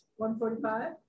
145